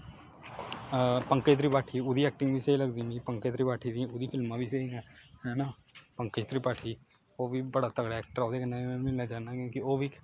हां पकंज त्रिपाठी ओह्दी ऐक्टिंग बी स्हेई लगदी मिगी पकंज त्रिपाठी दी ओह्दी फिल्मां बी स्हेई न है ना पकंज त्रिपाठी ओह् बी बड़ा तगड़ा ऐक्टर ओह्दे कन्नै में मिलना चाह्न्ना क्योंकि ओह् बी इक